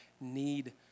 need